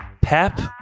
Pap